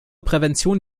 prävention